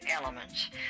elements